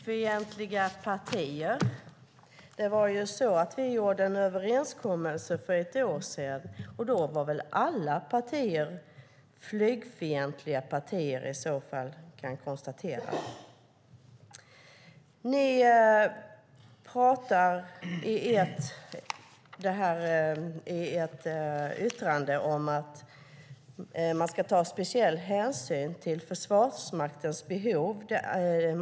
Fru talman! Det talas om flygfientliga partier. Vi gjorde en överenskommelse för ett år sedan. Jag kan konstatera att i så fall var väl alla partier då flygfientliga. Ni talar i yttrandet om att man ska ta speciell hänsyn till Försvarsmaktens behov.